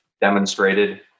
demonstrated